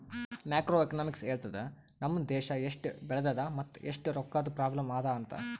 macro economics ಹೇಳ್ತುದ್ ನಮ್ ದೇಶಾ ಎಸ್ಟ್ ಬೆಳದದ ಮತ್ ಎಸ್ಟ್ ರೊಕ್ಕಾದು ಪ್ರಾಬ್ಲಂ ಅದಾ ಅಂತ್